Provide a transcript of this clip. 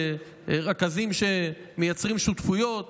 שמייצרים שותפויות